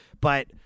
But-